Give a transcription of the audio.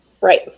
Right